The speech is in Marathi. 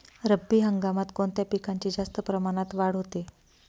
रब्बी हंगामात कोणत्या पिकांची जास्त प्रमाणात वाढ होते?